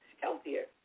healthier